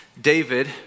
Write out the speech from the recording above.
David